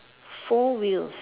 four wheels